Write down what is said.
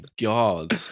God